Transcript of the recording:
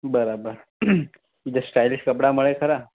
બરાબર એટલે સ્ટાયલીશ કપડાં મળે ખરા